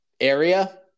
area